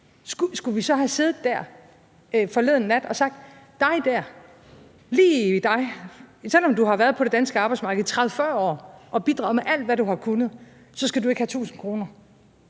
skulle vi så have siddet der forleden nat og sagt: Dig der, lige dig, selv om du har været på det danske arbejdsmarked i 30-40 år og har bidraget med alt, hvad du har kunnet, så skal du ikke have 1.000 kr.?